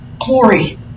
glory